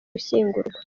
gushyingurwa